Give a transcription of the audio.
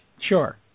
Sure